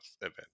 event